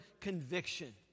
conviction